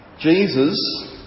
Jesus